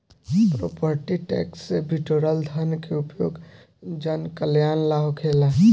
property tax से बिटोरल धन के उपयोग जनकल्यान ला होखेला